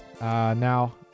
now